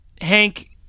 Hank